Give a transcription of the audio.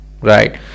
right